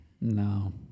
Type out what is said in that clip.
No